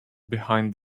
behind